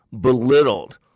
belittled